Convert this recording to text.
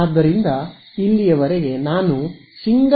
ಆದ್ದರಿಂದ ಇಲ್ಲಿಯವರೆಗೆ ನಾನು ಸಿಂಗಲ್ ಆಂಟೆನಾ ಕೇಸ್ ಹೊಂದಿದ್ದೆ